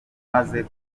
maze